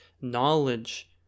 knowledge